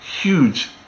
huge